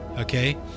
okay